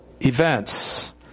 events